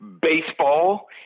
baseball